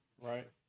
Right